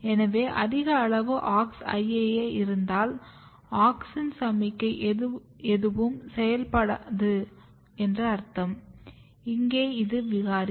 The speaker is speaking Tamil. எனவே அதிக அளவு AuxIAA இருந்தால் ஆக்ஸின் சமிக்ஞை எதுவும் செயல்படுத்தப்படாது என்று அர்த்தம் இங்கே இது விகாரி